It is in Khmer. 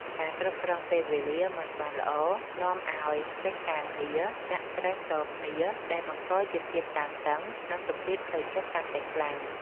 ការគ្រប់គ្រងពេលវេលាមិនបានល្អ នាំឱ្យកិច្ចការងារចាក់ស្រែតគ្នា ដែលបង្កជាភាពតានតឹង និងសម្ពាធផ្លូវចិត្តកាន់តែខ្លាំង។